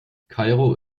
kairo